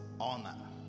honor